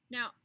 Now